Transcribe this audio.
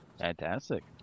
Fantastic